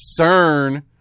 CERN